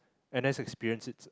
N_S experience it's